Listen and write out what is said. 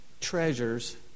treasures